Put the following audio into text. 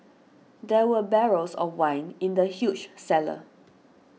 there were barrels of wine in the huge cellar